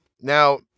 Now